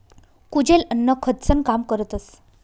कुजेल अन्न खतंसनं काम करतस